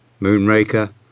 Moonraker